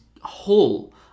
whole